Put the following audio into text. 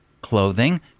clothing